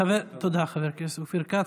חבר הכנסת אופיר כץ.